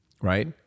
right